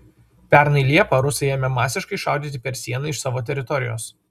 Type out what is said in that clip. pernai liepą rusai ėmė masiškai šaudyti per sieną iš savo teritorijos